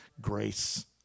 grace